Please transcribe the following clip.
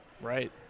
Right